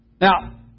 Now